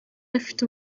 afite